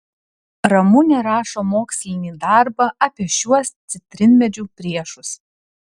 ramunė rašo mokslinį darbą apie šiuos citrinmedžių priešus